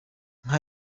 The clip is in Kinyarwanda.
nka